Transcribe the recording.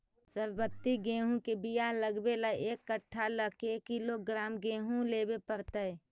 सरबति गेहूँ के बियाह लगबे ल एक कट्ठा ल के किलोग्राम गेहूं लेबे पड़तै?